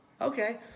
okay